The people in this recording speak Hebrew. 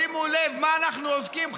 שימו לב במה אנחנו עוסקים,